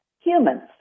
humans